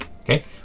Okay